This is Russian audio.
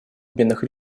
бедных